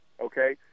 Okay